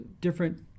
different